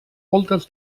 voltes